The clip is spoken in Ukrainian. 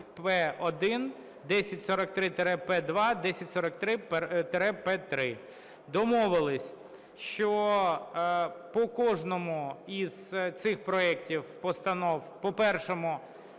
1043-П2, 1043-П3). Домовились, що по кожному із цих проектів постанов, по першому